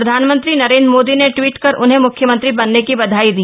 प्रधानमंत्री नरेंद्र मोदी ने ट्वीट कर उन्हें म्ख्यमंत्री बनने की बधाई दी